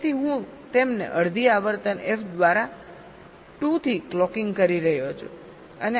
તેથી હું તેમને અડધી આવર્તન f દ્વારા 2 થી ક્લોકિંગ કરીરહ્યો છું